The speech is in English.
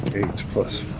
eight plus